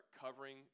covering